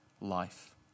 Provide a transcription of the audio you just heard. life